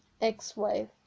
ex-wife